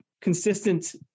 consistent